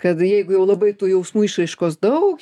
kad jeigu jau labai tų jausmų išraiškos daug